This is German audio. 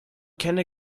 kenne